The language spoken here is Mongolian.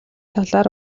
талаар